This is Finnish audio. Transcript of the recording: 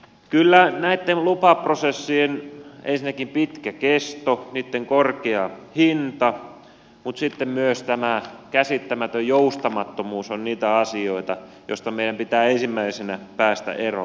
kyllä näissä lupaprosesseissa ensinnäkin pitkä kesto niitten korkea hinta mutta sitten myös tämä käsittämätön joustamattomuus on niitä asioita joista meidän pitää ensimmäisenä päästä eroon